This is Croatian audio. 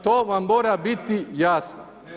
To vam mora biti jasno.